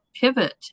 pivot